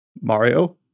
Mario